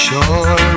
Sure